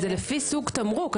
זה לפי סוג תמרוק.